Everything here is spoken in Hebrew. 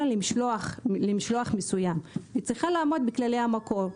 אלא למשלוח מסוים וזה צריך לעמוד בכללי המקור.